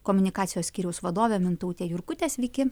komunikacijos skyriaus vadovė mintautė jurkutė sveiki